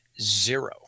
zero